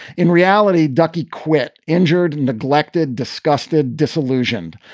in reality, ducky quit injured and neglected, disgusted, disillusioned.